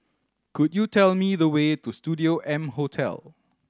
could you tell me the way to Studio M Hotel